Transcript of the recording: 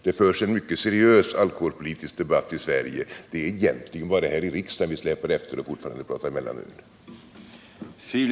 Det förs en mycket seriös alkoholpolitisk debatt i Sverige. Det är egentligen bara här i riksdagen som vi släpar efter och fortfarande pratar mellanöl.